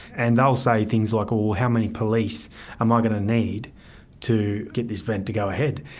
and they'll say things like, oh, how many police am i going to need to get this event to go ahead?